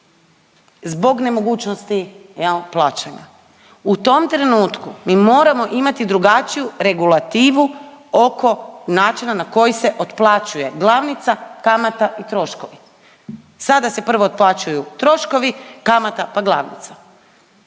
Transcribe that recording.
zbog nemogućnosti, je li, plaćanja, u tom trenutku mi moramo imati drugačiju regulativu oko načina na koji se otplaćuje glavnica, kamata i troškovi. Sada se prvo otplaćuju troškovi, kamata pa glavnica.